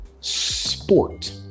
sport